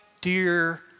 dear